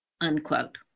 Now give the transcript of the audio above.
unquote